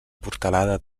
portalada